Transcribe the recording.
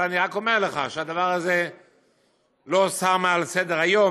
אבל אני רק אומר לך שהדבר הזה לא הוסר מעל סדר-היום,